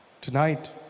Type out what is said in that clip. Tonight